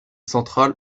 centrales